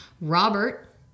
Robert